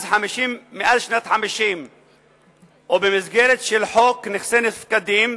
מאז שנת 1950 ובמסגרת של חוק נכסי נפקדים,